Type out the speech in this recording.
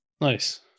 Nice